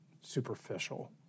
superficial